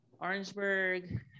Orangeburg